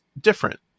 different